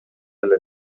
эле